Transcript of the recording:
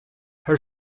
her